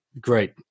Great